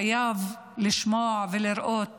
חייב לשמוע ולראות